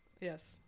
Yes